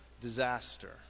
disaster